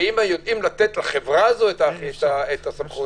האם לתת לחברה הזאת את הסמכות?